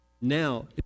Now